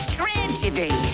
tragedy